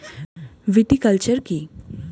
Viticulture কী?